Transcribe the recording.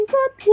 Good